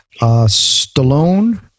Stallone